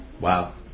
Wow